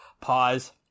Pause